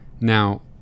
now